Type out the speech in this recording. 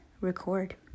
record